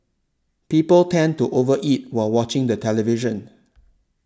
people tend to over eat while watching the television